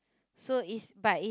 so it's but it's